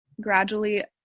gradually